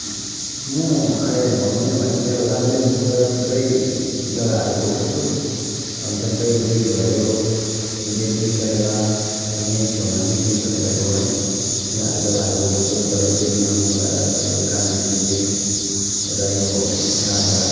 म अहिले भनौँ भने मेरो राज्यदेखिको त थुप्रै जगाहरू गएको छु जस्तै दिल्ली भयो दिल्ली केरेला अब यहीँ छेउमा सिक्किम छ तपाईँको होइन यिनीहरू जगाहरू गएको छु तपाईँको दिल्लीमा म गएर आएको तपाईँको गान्धी स्मृति यता यो राज घाट